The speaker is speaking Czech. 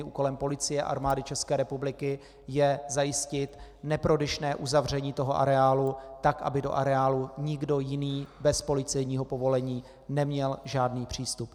Úkolem Policie a Armády ČR je zajistit neprodyšné uzavření toho areálu tak, aby do areálu nikdo jiný bez policejního povolení neměl žádný přístup.